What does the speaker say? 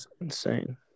insane